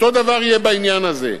אותו הדבר יהיה בעניין הזה.